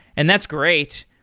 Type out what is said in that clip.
and that's great,